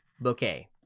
Bouquet